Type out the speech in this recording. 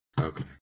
Okay